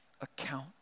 account